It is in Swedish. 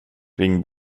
ring